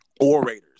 orators